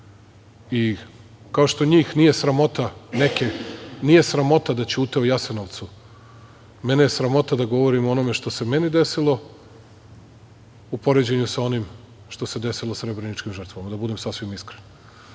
Kao što njih nije sramota neke, nije sramota da ćute o Jasenovcu, mene je sramota da govorim o onome što se meni desilo u poređenju sa onim što se desilo srebreničkim žrtvama, da budem sasvim iskren. Da